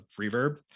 reverb